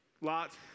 lots